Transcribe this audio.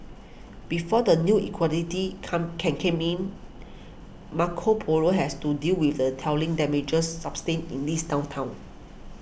before the new equality come can come in Marco Polo has to deal with the telling damages sustained in this downturn